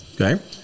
Okay